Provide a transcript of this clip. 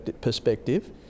perspective